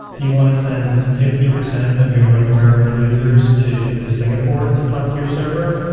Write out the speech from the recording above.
do you want to send fifty percent of your north american users to to singapore to talk to your server?